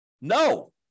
No